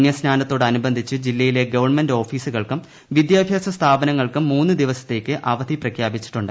പുണ്യസ്നാനത്തോട് അനുബന്ധിച്ച് ജില്ലയിലെ ഗ്ലെൺമെന്റ് ഓഫീസുകൾക്കും വിദ്യാഭ സ്ഥാപനങ്ങൾക്കും മൂന്ന് ദിവസത്തേക്ക് അവധി പ്രഖ്യാപിച്ചിട്ടുണ്ട്